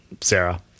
Sarah